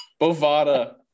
Bovada